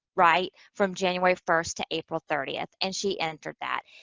right, from january first to april thirtieth, and she entered that.